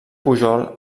pujol